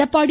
Edappadi